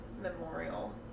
memorial